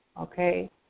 okay